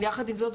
יחד עם זאת,